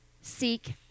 seek